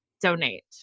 donate